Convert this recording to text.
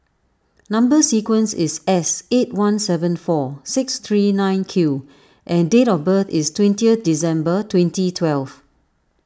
Number Sequence is S eight one seven four six three nine Q and date of birth is twenty December twenty twelve